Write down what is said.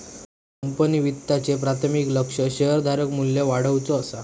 company वित्ताचे प्राथमिक लक्ष्य शेअरधारक मू्ल्य वाढवुचा असा